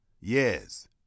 Yes